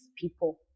people